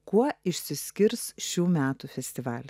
kuo išsiskirs šių metų festivalyje